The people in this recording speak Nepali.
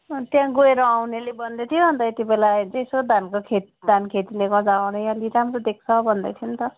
त्यहाँ गएर आउनेले भन्दै थियो अन्त यति बेला चाहिँ यसो धानको खेत धान खेतीले गर्दा हरियाली राम्रो देख्छ भन्दै थियो नि त